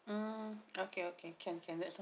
mm okay okay can can that's